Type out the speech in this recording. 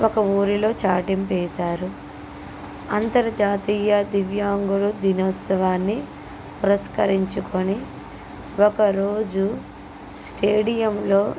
ఒక ఊరిలో చాటింపు వేసారు అంతర్జాతీయ దివ్యాంగుల దినోత్సవాన్ని పురస్కరించుకుని ఒకరోజు స్టేడియంలో